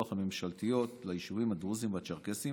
הממשלתיות ליישובים הדרוזיים והצ'רקסיים